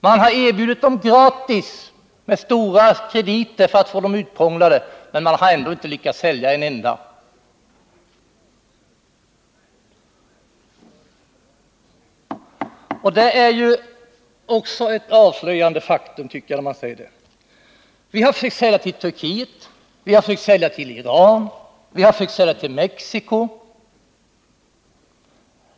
Man har erbjudit dem gratis eller med stora krediter för att få dem sålda, men man har ändå inte lyckats sälja en enda. Vi har försökt sälja till Turkiet, till Iran och till Mexico.